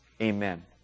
Amen